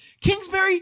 Kingsbury